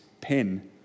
pen